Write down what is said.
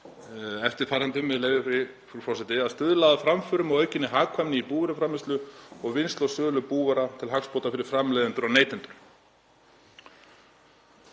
eftirfarandi, með leyfi forseta, „að stuðla að framförum og aukinni hagkvæmni í búvöruframleiðslu og vinnslu og sölu búvara til hagsbóta fyrir framleiðendur og neytendur“.